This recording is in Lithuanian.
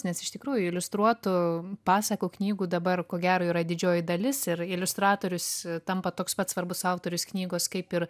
nes iš tikrųjų iliustruotų pasakų knygų dabar ko gero yra didžioji dalis ir iliustratorius tampa toks pat svarbus autorius knygos kaip ir